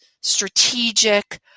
strategic